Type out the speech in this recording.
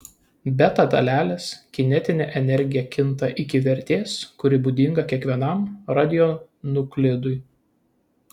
beta dalelės kinetinė energija kinta iki vertės kuri būdinga kiekvienam radionuklidui